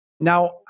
Now